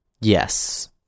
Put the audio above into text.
Yes